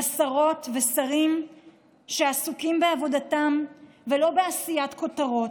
לשרות ושרים שעסוקים בעבודתם ולא בעשיית כותרות,